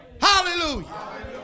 Hallelujah